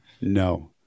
No